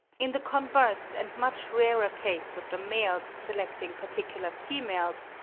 in the converse and much rarer case of the males selecting particular females,